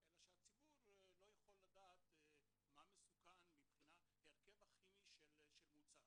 אלא שהציבור לא יכול לדעת מה מסוכן מבחינת ההרכב הכימי של מוצר.